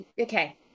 okay